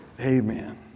amen